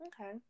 Okay